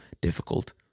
difficult